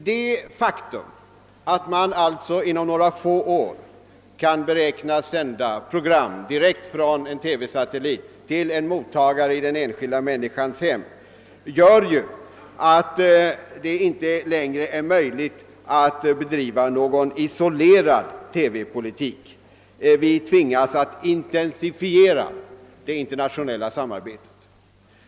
Det faktum att man alltså inom några få år kan beräknas sända program direkt från en TV-satellit till en mottagare i den enskilda människans hem gör ju, att det inte längre är möjligt att bedriva någon isolerad TV politik. Vi tvingas att intensifiera det internationella samarbetet.